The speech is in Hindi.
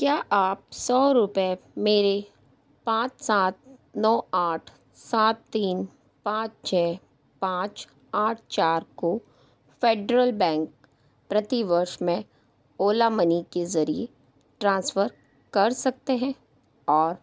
क्या आप सौ रुपए मेरे पाँच सात नौ आठ सात तीन पाँच छ पाँच आठ चार को फेडरल बैंक प्रतिवर्ष में ओला मनी के जरिए ट्रांसफर कर सकते हैं और